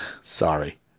Sorry